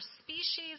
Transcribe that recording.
species